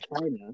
China